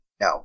No